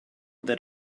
that